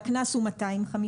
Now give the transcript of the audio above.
והקנס הוא 250,